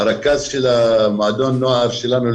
הרכזת של מועדון הנוער שלנו,